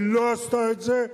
היא לא עשתה את זה,